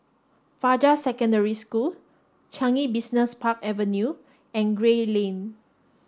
Fajar Secondary School Changi Business Park Avenue and Gray Lane